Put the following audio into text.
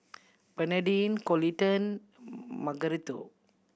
Bernardine Coleton Margarito